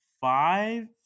five